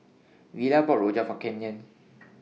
Villa bought Rojak For Kenyon